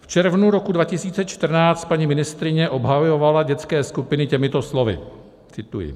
V červnu roku 2014 paní ministryně obhajovala dětské skupiny těmito slovy cituji.